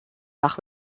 nach